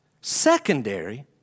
secondary